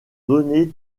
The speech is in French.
donner